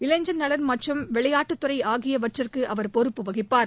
இளைஞர் நலன் மற்றம் விளையாட்டுத்துறை ஆகியவற்றுக்கு அவர் பொறுப்பு வகிப்பார்